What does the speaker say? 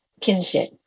kinship